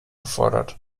gefordert